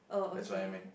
that's what I meant